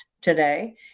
today